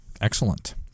Excellent